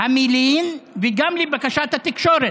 המלין, וגם לבקשת התקשורת.